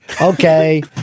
Okay